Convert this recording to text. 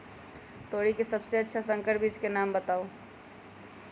तोरी के सबसे अच्छा संकर बीज के नाम बताऊ?